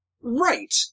Right